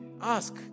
Ask